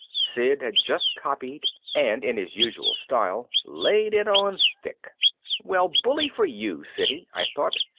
sid had just copied and in his usual style laid it on thick well, bully for you, siddy, i thought,